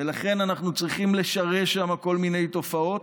ולכן אנחנו צריכים לשרש שם כל מיני תופעות.